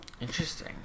Interesting